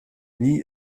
wie